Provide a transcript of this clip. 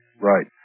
Right